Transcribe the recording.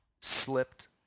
slipped